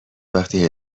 وقتی